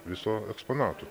viso eksponatų